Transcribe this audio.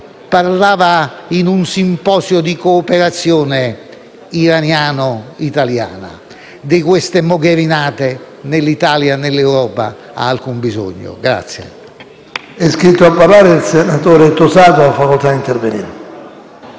parlava, in un simposio, di cooperazione iraniano‑italiana? Di queste "mogherinate" né l'Italia, né l'Europa hanno alcun bisogno.